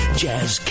jazz